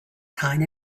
kind